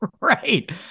Right